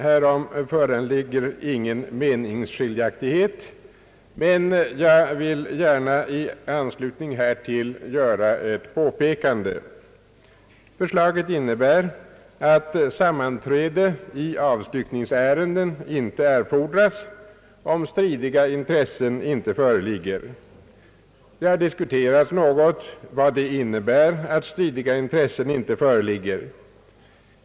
Härom föreligger inga meningsskiljaktigheter, men jag vill gärna i anslutning härtill göra ett påpekande. Förslaget innebär att sammanträde i avstyckningsärenden inte erfordras om stridiga intressen inte föreligger. Vi har diskuterat något vad det innebär att »stridiga intressen inte föreligger».